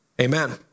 Amen